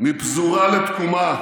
מפזורה לתקומה,